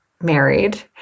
married